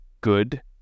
good